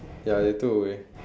ya they took away